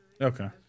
Okay